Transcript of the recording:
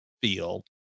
feel